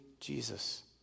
Jesus